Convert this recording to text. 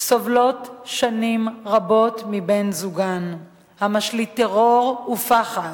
סובלות שנים רבות מבן-זוגן המשליט טרור ופחד.